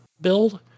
build